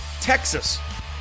Texas